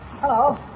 Hello